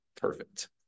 perfect